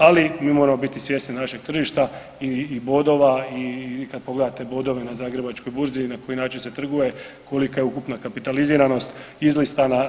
Ali mi moramo biti svjesni našeg tržišta i bodova i kad pogledate bodove na Zagrebačkoj burzi na koji način se trguje, kolika je ukupna kapitaliziranost izlistana.